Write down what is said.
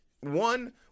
one